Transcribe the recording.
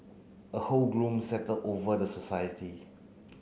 a whole gloom settle over the society